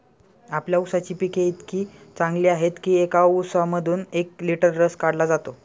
आपल्या ऊसाची पिके इतकी चांगली आहेत की एका ऊसामधून एक लिटर रस काढला जातो